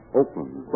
Oakland